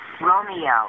romeo